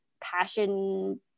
passion